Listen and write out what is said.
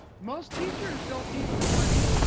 most teachers don't teach for free.